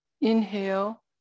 inhale